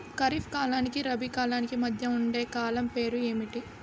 ఖరిఫ్ కాలానికి రబీ కాలానికి మధ్య ఉండే కాలం పేరు ఏమిటి?